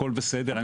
הכל בסדר.